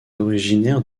originaire